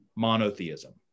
monotheism